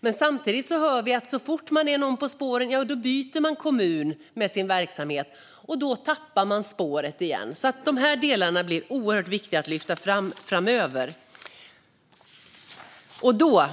Men samtidigt hör vi att så fort man är någon på spåren byter de kommun med sin verksamhet, och då tappar man spåret igen. De här delarna blir alltså oerhört viktiga att lyfta fram framöver. Jag